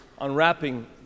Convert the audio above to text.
Unwrapping